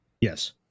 Yes